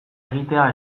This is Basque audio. egitea